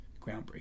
groundbreaking